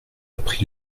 appris